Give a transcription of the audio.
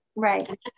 Right